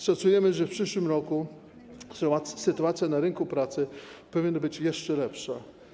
Szacujemy, że w przyszłym roku sytuacja na rynku pracy powinna być jeszcze lepsza.